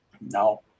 No